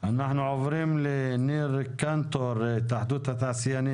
ואז הדירות יישארו.